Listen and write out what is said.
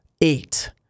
eight